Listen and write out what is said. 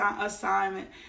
assignment